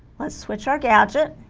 let's switch our gadget